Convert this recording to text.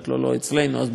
ובסוף הוא נשאר במפרץ.